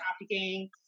trafficking